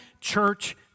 church